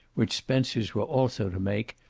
which spencer's were also to make,